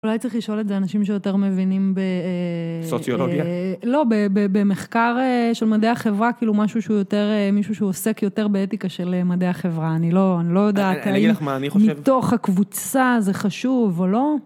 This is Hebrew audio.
אולי צריך לשאול את זה אנשים שיותר מבינים בסוציולוגיה. לא, במחקר של מדעי החברה, כאילו משהו שהוא עוסק יותר באתיקה של מדעי החברה. אני לא יודעת האם מתוך הקבוצה זה חשוב או לא.